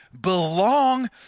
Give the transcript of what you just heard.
belong